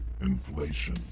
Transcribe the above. Inflation